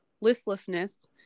listlessness